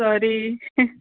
sorry